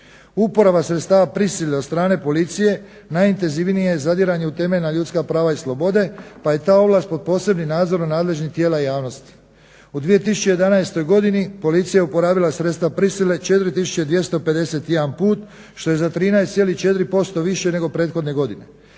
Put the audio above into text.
Uporaba sredstava prisile od strane policije najintenzivnije je zadiranje u temeljna ljudska prava i slobode pa je ta ovlast pod posebnim nadzorom nadležnih tijela javnosti. U 2011. godini policija je uporabila sredstva prisile 4 251 put što je za 13,4% više nego prethodne godine.